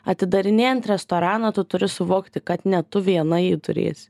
atidarinėjant restoraną tu turi suvokti kad ne tu viena jį turėsi